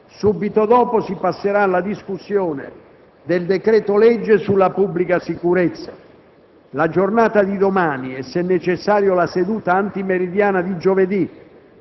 Subito dopo si passerà alla discussione del decreto-legge sulla pubblica sicurezza. La giornata di domani e, se necessario, la seduta antimeridiana di giovedì